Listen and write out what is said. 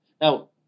Now